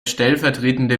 stellvertretende